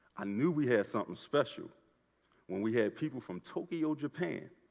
ah knew we had something special when we had people from tokyo, japan,